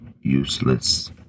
useless